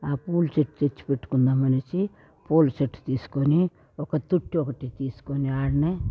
ఆ పూల చెట్టు తెచ్చి పెట్టుకుందామనేసి పూల చెట్టు తీస్కొని ఒక తోట్టి ఒకటి తీస్కొని అక్కడనే